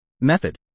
method